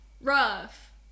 rough